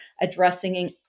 addressing